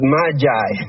Magi